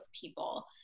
people